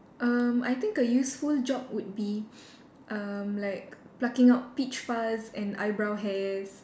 um I think a useful job would be um like plucking out peach fuzz and eyebrows hairs